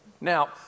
Now